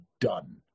done